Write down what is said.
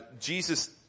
Jesus